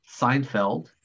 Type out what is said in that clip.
Seinfeld